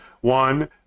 one